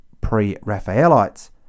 pre-Raphaelites